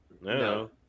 No